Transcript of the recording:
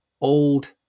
old